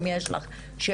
אם יש לך שאלות.